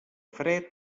fred